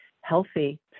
healthy